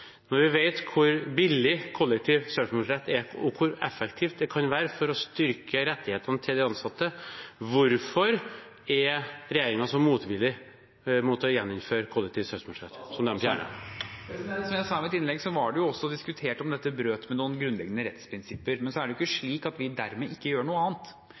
Når vi vet hvor billig kollektiv søksmålsrett er, og hvor effektivt det kan være for å styrke rettighetene til de ansatte: Hvorfor er regjeringen så motvillig mot å gjeninnføre kollektiv søksmålsrett? Som jeg sa i mitt innlegg, var det også diskutert om dette brøt med noen grunnleggende rettsprinsipper, men det er jo ikke slik at vi dermed ikke gjør noe annet.